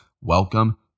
welcome